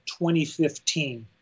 2015